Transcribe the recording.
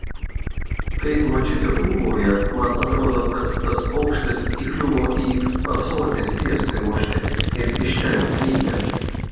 kai močiutė ūbauja man atrodo kad tas paukštis įkliuvo į ąsotį sviestui mušti ir iš ten klykia